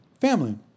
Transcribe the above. family